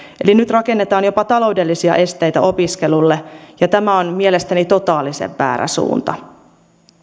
eli nyt rakennetaan jopa taloudellisia esteitä opiskelulle ja tämä on mielestäni totaalisen väärä suunta